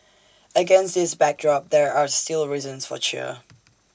against this backdrop there are still reasons for cheer